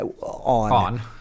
on